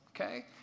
okay